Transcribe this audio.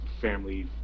family